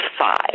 five